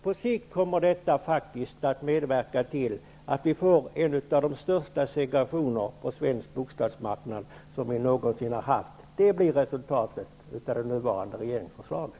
På sikt kommer detta att medverka till att vi får en av de största segregationer på svensk bostadsmarknad som vi någonsin har haft. Det blir resultatet av det nuvarande regeringsförslaget.